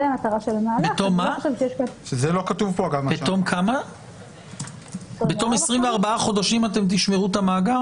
זה לא כתוב פה מה --- בתום 24 חודשים אתם תשמרו את המאגר?